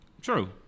True